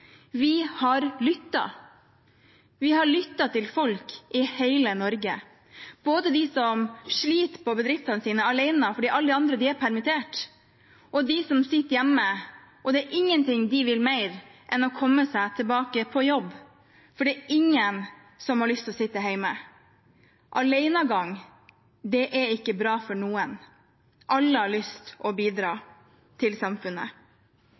Vi har lyttet – vi har lyttet til folk i hele Norge, både til dem som sliter på bedriftene sine alene fordi alle de andre er permittert, og til dem som sitter hjemme. Det er ingenting de vil mer enn å komme seg tilbake på jobb, for det er ingen som har lyst til å sitte hjemme. Alenegang er ikke bra for noen. Alle har lyst til å bidra til samfunnet.